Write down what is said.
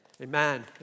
Amen